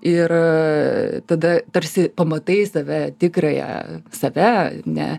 ir tada tarsi pamatai save tikrąją save ne